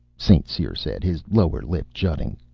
st. cyr said, his lower lip jutting.